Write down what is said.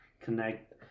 connect